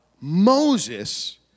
Moses